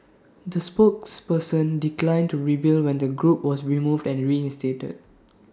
the spokesperson declined to reveal when the group was removed and reinstated